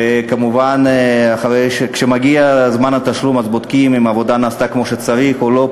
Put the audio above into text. וכמובן כשמגיע זמן התשלום בודקים אם העבודה נעשתה כמו שצריך או לא,